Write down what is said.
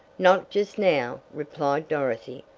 not just now, replied dorothy,